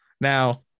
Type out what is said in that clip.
Now